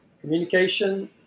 communication